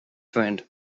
friend